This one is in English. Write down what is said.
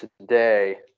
today